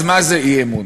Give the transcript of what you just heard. אז מה זה אי-אמון?